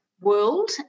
world